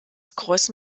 cross